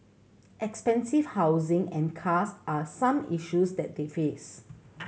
expensive housing and cars are some issues that they face